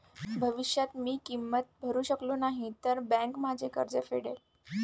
भविष्यात मी किंमत भरू शकलो नाही तर बँक माझे कर्ज फेडेल